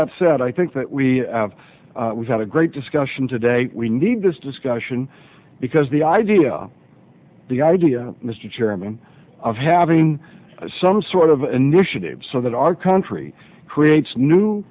that said i think that we have had a great discussion today we need this discussion because the idea the idea mr chairman of having some sort of initiatives so that our country creates new